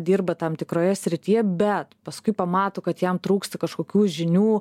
dirba tam tikroje srityje bet paskui pamato kad jam trūksta kažkokių žinių